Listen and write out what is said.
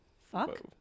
fuck